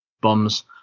bombs